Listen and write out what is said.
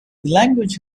language